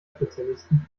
spezialisten